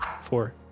four